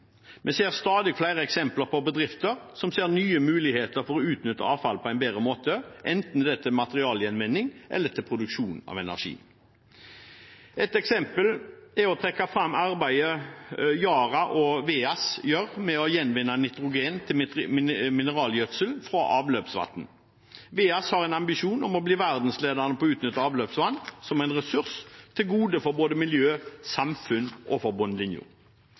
Vi ser stadig flere eksempler på bedrifter som ser nye muligheter for å utnytte avfallet på en bedre måte, enten det er til materialgjenvinning eller til produksjon av energi. Et eksempel å trekke fram er arbeidet Yara og VEAS gjør med å gjenvinne nitrogen til mineralgjødsel fra avløpsvann. VEAS har en ambisjon om å bli verdensledende på å utnytte avløpsvann som en ressurs til gode for både miljø, samfunn og bunnlinjen.